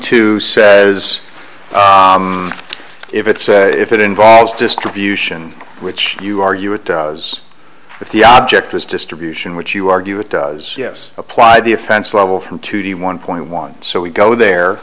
two says if it's if it involves distribution which you argue it does but the object was distribution which you argue it does yes apply the offense level into the one point one so we go there